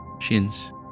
shins